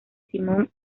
simon